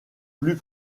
plus